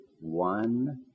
one